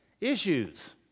issues